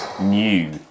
new